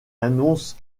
annonce